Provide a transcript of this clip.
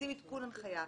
כשמוציאים עדכון הנחיה,